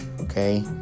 okay